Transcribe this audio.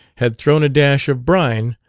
had thrown a dash of brine,